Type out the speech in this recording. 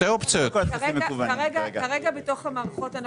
יש כאן שניים שלא הצביעו אתי וסלומון.